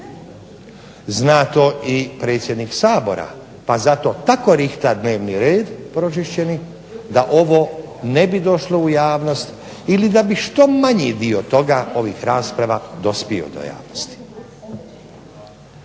Zna to i predsjednik Sabora pa zato tako rihta dnevni red pročišćeni, da ovo ne bi došlo u javnost ili da bi što manji dio toga ovih rasprava dospio do javnosti.